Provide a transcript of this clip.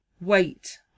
wait